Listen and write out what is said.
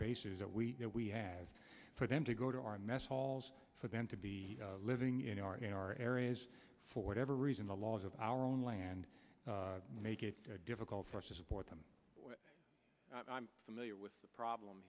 bases that we know we have for them to go to our mess halls for them to be living in our in our areas for whatever reason the laws of our own land make it difficult for us to support them i'm familiar with the problem